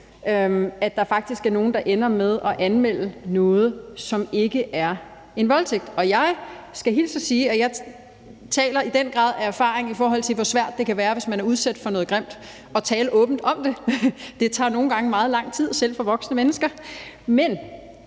at der faktisk er nogen, der ender med at anmelde noget, som ikke er en voldtægt. Og jeg skal hilse at sige, at jeg taler i den grad af erfaring, i forhold til hvor svært det kan være, hvis man er udsat for noget grimt, at tale åbent om det. Det tager nogle gange meget lang tid selv for voksne mennesker. Men